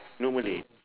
no malay